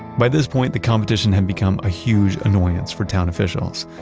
by this point, the competition had become a huge annoyance for town officials.